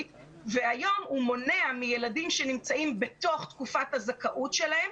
והיום הוא מונע מילדים שנמצאים בתוך תקופת הזכאות שלהם,